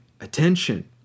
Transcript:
attention